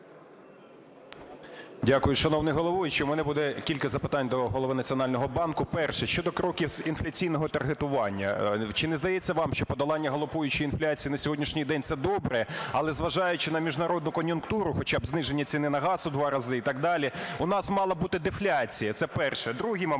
Дякую, шановний головуючий. У мене буде кілька запитань до Голови Національного банку. Перше – щодо кроків з інфляційного таргетування. Чи не здається вам, що подолання галопуючої інфляції на сьогоднішній день - це добре, але, зважаючи на міжнародну кон'юнктуру, хоча б зниження ціни на газ у два рази і так далі, у нас мала бути дефляція. Це перше. Другий момент: